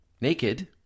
naked